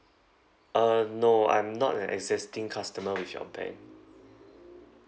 uh no I'm not an existing customer with your bank